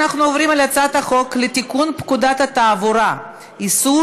אנחנו עוברים להצעת חוק לתיקון פקודת התעבורה (איסור